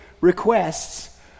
requests